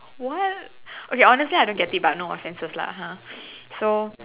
what okay honestly I don't get it but no offences lah ha so